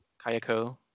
Kayako